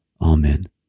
amen